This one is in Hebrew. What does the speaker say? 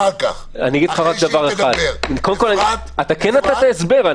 אני אגיד לך רק דבר אחד, שאתה כן נתת הסבר.